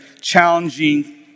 challenging